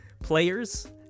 players